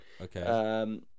Okay